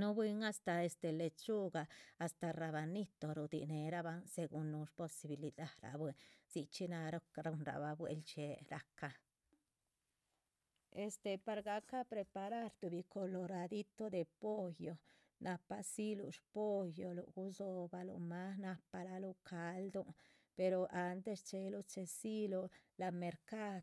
nuh bwín hasta lechuga hasta rabanito rudi´nera´banh según nuh sposibilidaraba bwín dzi chxí nah ru´nra´ba bue´ldxi´ee ra´cán. Este par ga´cá preparar tu coloradito de pollo na´pah sxhírú spolloru gudzo´baluhma para loh caldun per antes chee´rú chee´sirú la´nh mercadu.